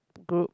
group